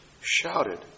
shouted